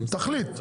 תחליט,